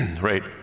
right